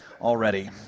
already